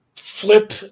Flip